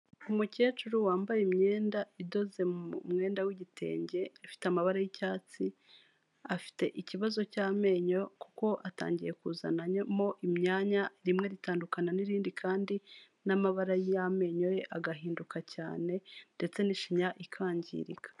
Umukecuru wambaye imyenda idoze mu mwenda w'igitenge afite amabara y'icyatsi, afite ikibazo cy'amenyo kuko atangiye kuzanamo imyanya rimwe ritandukana n'irindi kandi n'amabara y'amenyo ye agahinduka cyane ndetse n'ishinya ikangirika.